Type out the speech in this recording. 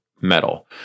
metal